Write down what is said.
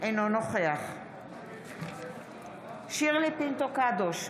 אינו נוכח שירלי פינטו קדוש,